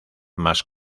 más